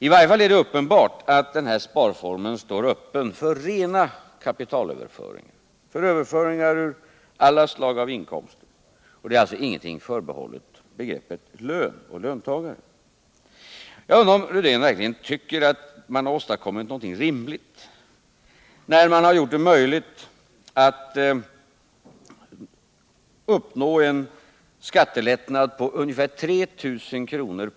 I varje fall är det uppenbart att sparformen står öppen för rena kapitalöverföringar, för överföring av alla stag av inkomster. Det finns inget förbehållet begreppen ”lön” och ”löntagare”. Jag undrar om Rune Rydén verkligen tycker att man åstadkommit något rimligt, när man gjort det möjligt att uppnå en skattelättnad på ungefär 3 000 kr.